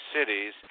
cities